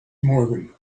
morgan